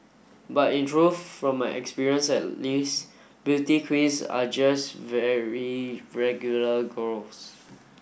but in truth from my experience at least beauty queens are just very regular girls